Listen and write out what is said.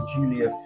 Julia